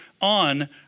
on